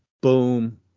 boom